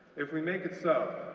if we make it so,